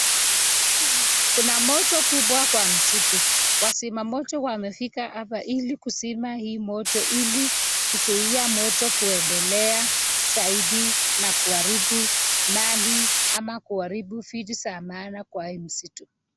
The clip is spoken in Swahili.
Kuna moto kubwa kwa msitu wazima moto wamefika hapa ilikuzima hii moto, ilikuzuia hii moto kuondelea zaidi, na kuaribu mali amakuaribu vitu za maana kwa misitu.